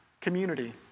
community